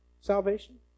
salvation